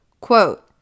Quote